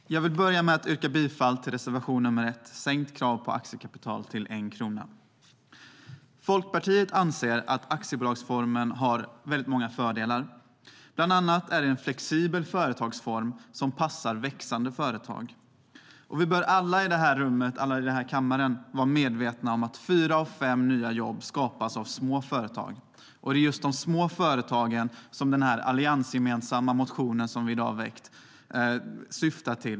Herr talman! Jag vill börja med att yrka bifall till reservation nr 1 om sänkt krav på aktiekapital till 1 krona. Folkpartiet anser att aktiebolagsformen har många fördelar. Bland annat är det en flexibel företagsform som passar växande företag. Alla i kammaren bör vara medvetna om att fyra av fem nya jobb skapas av små företag. Det är just till de små företagen som den alliansgemensamma motionen vi har väckt riktar sig.